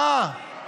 מוסרי